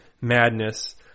madness